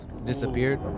disappeared